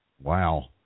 Wow